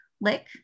Lick